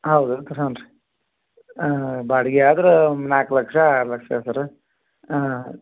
ಹೌದೇನು ಸರ ಹ್ಞೂನ್ರೀ ಹಾಂ ಬಾಡಿಗೆಯಾದ್ರೆ ನಾಲ್ಕು ಲಕ್ಷ ಆರು ಲಕ್ಷ ಸರ ಹಾಂ